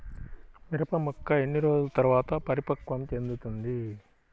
మిరప మొక్క ఎన్ని రోజుల తర్వాత పరిపక్వం చెందుతుంది?